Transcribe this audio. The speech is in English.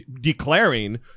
declaring